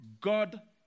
God